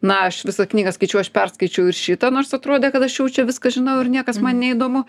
na aš visą knygą skaičiau aš perskaičiau ir šitą nors atrodė kad aš jau čia viską žinau ir niekas man neįdomu